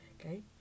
okay